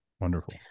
Wonderful